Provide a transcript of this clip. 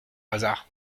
hasard